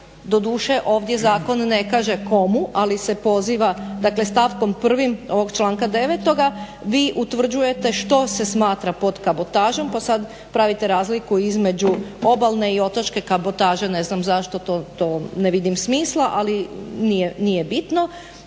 doduše ovdje zakon ne kaže komu ali se poziva dakle stavkom 1.ovog članka 9.vi utvrđujete što se smatra pod kabotažom pa sada pravite razliku između obalne i otočne kabotaže ne znam zašto, to ne vidim smisla ali nije bitno.